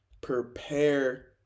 prepare